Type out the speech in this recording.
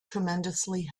tremendously